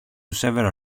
several